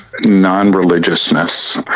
non-religiousness